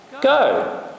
Go